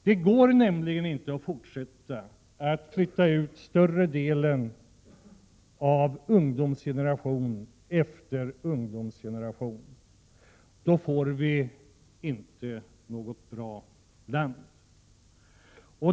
Det går nämligen inte att fortsätta att flytta ut större delen av ungdomsgeneration efter ungdomsgeneration — då får vi inte något bra land.